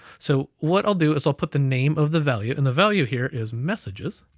so what i'll do is i'll put the name of the value, and the value here is messages,